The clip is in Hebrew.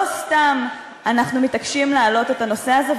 לא סתם אנחנו מתעקשים להעלות את הנושא הזה,